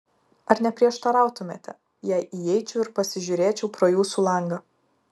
ar neprieštarautumėte jei įeičiau ir pasižiūrėčiau pro jūsų langą